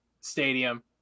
Stadium